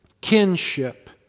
Kinship